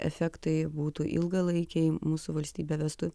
efektai būtų ilgalaikiai mūsų valstybę vestų